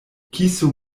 kiso